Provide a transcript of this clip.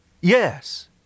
Yes